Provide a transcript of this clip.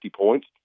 points